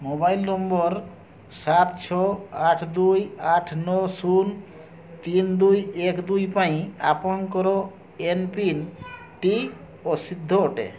mobile number ସାତ ଛଅ ଆଠ ଦୁଇ ଆଠ ନଅ ଶୂନ ତିନି ଦୁଇ ଏକ ଦୁଇ ପାଇଁ ଆପଣଙ୍କର ଏମ୍ପିନ୍ଟି ଅସିଦ୍ଧ ଅଟେ